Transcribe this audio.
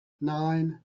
nine